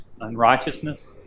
Unrighteousness